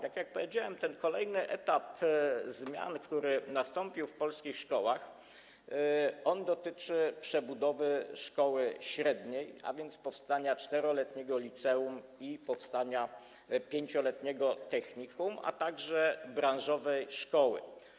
Jak powiedziałem, ten kolejny etap zmian, który nastąpił w polskich szkołach, dotyczy przebudowy szkoły średniej, a więc powstania 4-letniego liceum i 5-letniego technikum, a także branżowej szkoły.